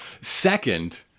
Second